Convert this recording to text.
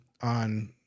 on